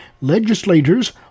Legislators